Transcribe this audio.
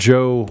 Joe